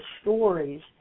stories